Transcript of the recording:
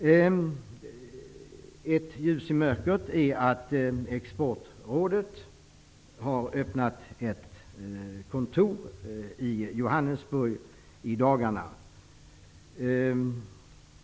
Ett ljus i mörkret är att Exportrådet har öppnat ett kontor i Johannesburg i dagarna.